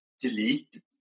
delete